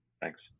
thanks